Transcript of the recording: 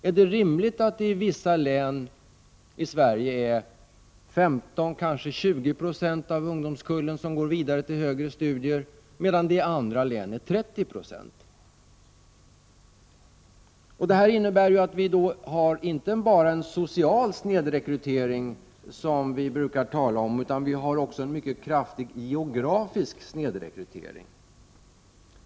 Är det rimligt att det i vissa län i Sverige är 15 90, kanske 20 26 av ungdomskullen som går vidare till högre studier, medan det i andra län är 30 26? Det innebär att vi har inte bara en social snedrekrytering, som vi brukar tala om, utan också en mycket kraftig geografisk snedrekrytering.